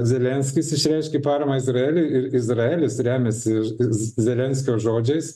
zelenskis išreiškė paramą izraeliui ir izraelis remiasi zelenskio žodžiais